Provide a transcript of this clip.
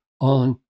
on